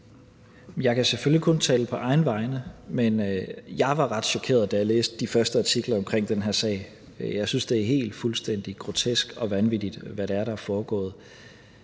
Jeg kan selvfølgelig kun tale på egne vegne, men jeg var ret chokeret, da jeg læste de første artikler om den her sag. Jeg synes, det er fuldstændig grotesk og vanvittigt, hvad der er foregået.